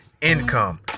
Income